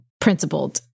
principled